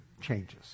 changes